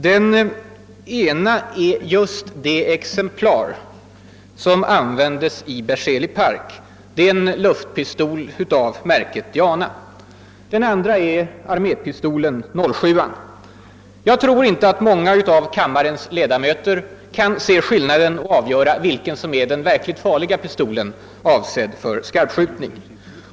Den ena är just det exemplar som användes i Berzelii park, en luftpistol av märket Diana. Den andra är armépistolen 07:an. Jag tror inte att många av kammarens ledamöter kan se skillnaden och avgöra vilken som är den verkligt farliga pistolen, avsedd för skarpskjutning.